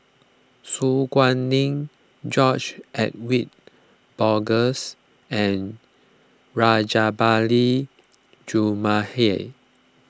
Su Guaning George Edwin Bogaars and Rajabali Jumabhoy